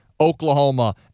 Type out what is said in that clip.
Oklahoma